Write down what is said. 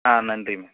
ஆ நன்றி மேம்